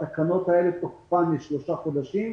תוקף התקנות האלה לשלושה חודשים,